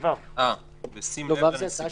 הקונספירטיביים שבנינו יגידו: הם ילכו לדבר הזה שיכול,